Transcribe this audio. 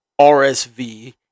RSV